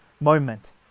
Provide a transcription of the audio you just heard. moment